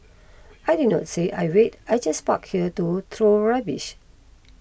I did not say I wait I just park here to throw rubbish